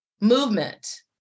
movement